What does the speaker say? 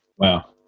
Wow